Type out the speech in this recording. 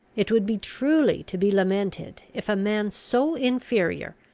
it would be truly to be lamented, if a man so inferior,